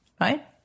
Right